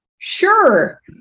Sure